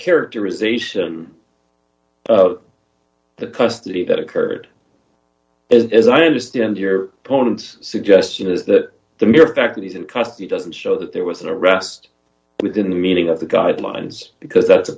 characterization of the custody that occurred as i understand your opponent's suggestion is that the mere fact that he's in custody doesn't show that there was an arrest within the meaning of the guidelines because that's a